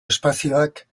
espazioak